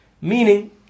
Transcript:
meaning